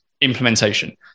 implementation